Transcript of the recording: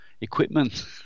equipment